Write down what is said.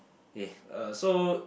eh uh so